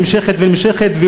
נמשכת ונמשכת,